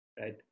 Right